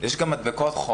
לא שמעתי.